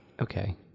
okay